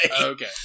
Okay